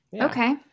Okay